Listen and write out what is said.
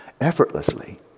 effortlessly